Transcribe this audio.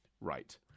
Right